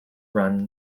run